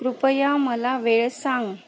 कृपया मला वेळ सांग